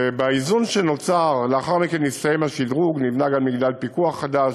ונוצר כאן איזון,